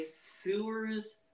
sewers